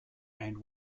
and